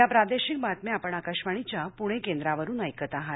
या प्रादेशिक बातम्या आपण आकाशवाणीच्या पुणे केंद्रावरुन ऐकत आहात